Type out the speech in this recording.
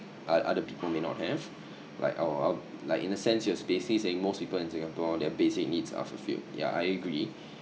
oth~ other people may not have like our like in a sense your stasis saying most people in singapore their basic needs are fulfilled yeah I agree